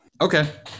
Okay